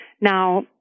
Now